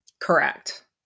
Correct